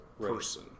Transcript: person